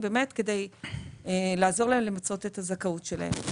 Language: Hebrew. כדי לעזור להם למצות את הזכאות שלהם.